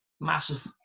massive